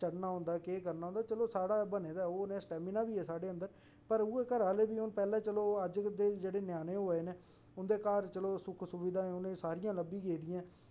चढना होंदा केह् करना होंदा चलो साढ़ा बने दा ओह् इन्ना सटेमना बी ऐ साढ़े अंदर पर उ'ऐ घरै आहले बी पैहलें चलो अज्ज दे जेहड़े न्याने होआ दे ना उंदे न्याने सुख सुविधा उनेंगी सारियां लब्भी गेदियां